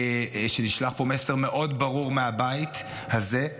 ונשלח פה מסר מאוד ברור מהבית הזה,